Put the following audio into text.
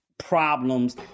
Problems